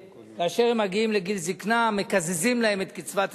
כאשר הם מגיעים לגיל זיקנה מקזזים להם את קצבת הזיקנה,